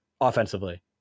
offensively